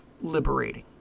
liberating